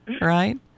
right